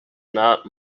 not